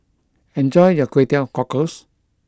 enjoy your Kway Teow Cockles